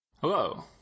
hello